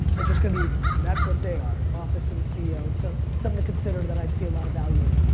it's just gonna be, that's what they are. office of the ceo. and so something to consider that i see a lot of value in.